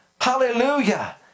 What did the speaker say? Hallelujah